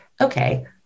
okay